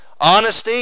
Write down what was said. honesty